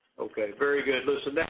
okay, very good. listen,